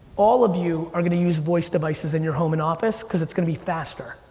all of you are gonna use voice devices in your home and office cause it's gonna be faster.